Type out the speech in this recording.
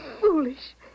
foolish